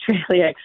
Australia